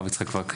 הרב יצחק וקנין,